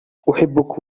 أحبك